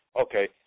okay